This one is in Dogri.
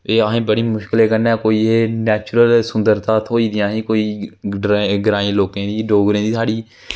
फ्ही आहें बड़ी मुश्कलें कन्नै कोई एह् नेचरूल सुंदरता थ्होई दी आहें गी कोई ग्रांई लोकें दी डोगरें दी साढ़ी